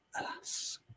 alas